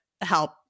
help